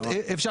הרבה פעמים,